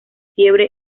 fiebre